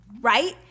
right